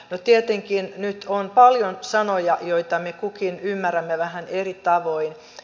no tietenkin nyt on paljon sanoja joita me kukin ymmärrämme vähän eri tavoin